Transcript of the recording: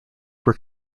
were